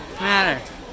matter